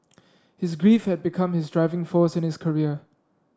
his grief had become his driving force in his career